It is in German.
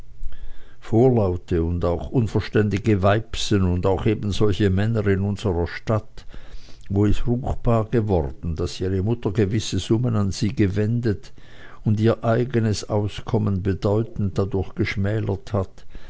vorlaute und unverständige weibsen und auch ebensolche männer in unserer stadt wo es ruchbar geworden daß ihre mutter gewisse summen an sie gewendet und ihr eigenes auskommen bedeutend dadurch geschmälert hat